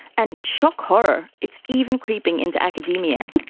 and, shock horror, it's even creeping into academia.